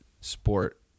sport